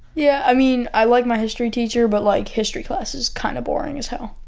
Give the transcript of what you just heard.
yeah, i mean, i like my history teacher but like history class is kind of boring as hell.